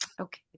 Okay